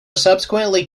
subsequently